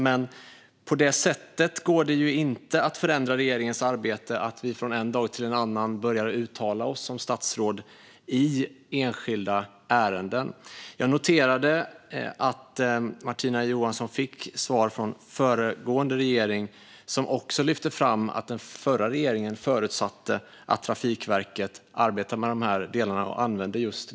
Men det går ju inte att förändra regeringens arbete på det sättet att vi från en dag till en annan börjar uttala oss som statsråd i enskilda ärenden. Jag har noterat att Martina Johansson ställde en skriftlig fråga till föregående regering och fick svaret att regeringen förutsatte att Trafikverket arbetar med de här delarna. Det är inte en slump.